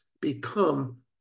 become